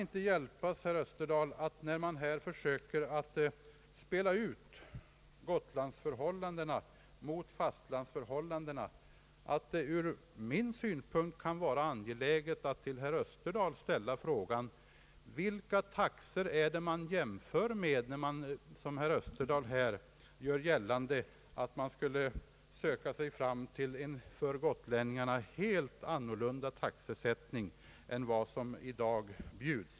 När herr Österdahl här försöker spela ut Gotlandsförhållandena mot fastlandsförhållandena, är det ur min synpunkt angeläget att till herr Österdahl ställa frågan: Vilka taxor är det man jämför med, när man enligt herr Österdahl skall söka sig fram till en helt annan taxesättning än den som bjuds gotlänningarna i dag?